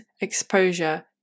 exposure